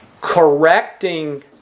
correcting